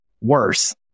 worse